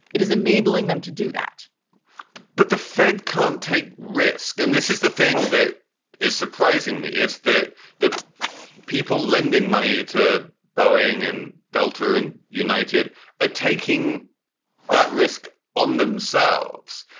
it is enabling them to do that but the fed can't take risk. and this is the thing that is surprising me is that the people lending money to boeing and delta and united are ah taking that risk on themselves.